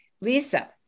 Lisa